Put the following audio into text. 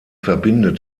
verbindet